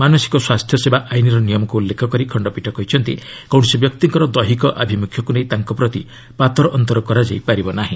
ମାନସିକ ସ୍ୱାସ୍ଥ୍ୟ ସେବା ଆଇନ୍ର ନିୟମକୁ ଉଲ୍ଲେଖ କରି ଖଣ୍ଡପୀଠ କହିଛନ୍ତି କୌଣସି ବ୍ୟକ୍ତିଙ୍କର ଦେହିକ ଆଭିମୁଖ୍ୟକୁ ନେଇ ତାଙ୍କ ପ୍ରତି ପାତର ଅନ୍ତର କରାଯାଇ ପାରିବ ନାହିଁ